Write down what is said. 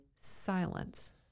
silence